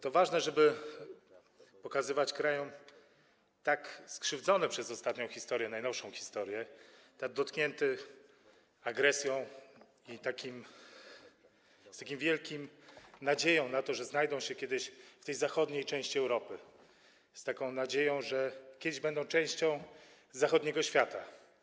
To ważne, żeby pokazywać krajom tak skrzywdzonym ostatnio przez historię, przez najnowszą historię, tak dotkniętym agresją i z taką wielką nadzieją na to, że znajdą się kiedyś w tej zachodniej części Europy, z taką nadzieją, że kiedyś będą częścią zachodniego świata.